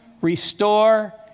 restore